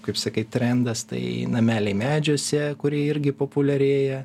kaip sakai trendas tai nameliai medžiuose kurie irgi populiarėja